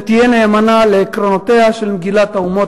ותהיה נאמנה לעקרונותיה של מגילת האומות